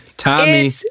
Tommy